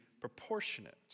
proportionate